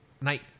night